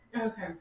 Okay